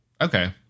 Okay